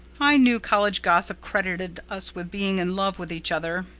i knew college gossip credited us with being in love with each other.